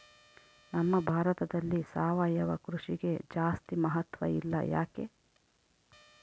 ನಮ್ಮ ಭಾರತದಲ್ಲಿ ಸಾವಯವ ಕೃಷಿಗೆ ಜಾಸ್ತಿ ಮಹತ್ವ ಇಲ್ಲ ಯಾಕೆ?